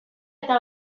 eta